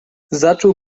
zaczął